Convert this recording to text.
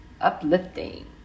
uplifting